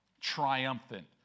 triumphant